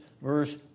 verse